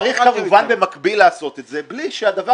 צריך כמובן במקביל לעשות את זה בלי שהדבר